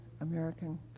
American